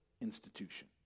institution